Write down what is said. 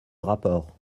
rapport